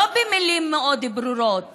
לא במילים מאוד ברורות